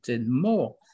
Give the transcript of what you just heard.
more